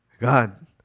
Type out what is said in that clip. God